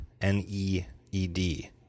N-E-E-D